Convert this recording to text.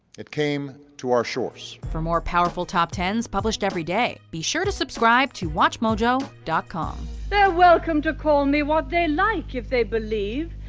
it came to our shores. for more powerful top ten s published every day, be sure to suscribe to watchmojo dot com they're welcomed to call me what they like if they believe,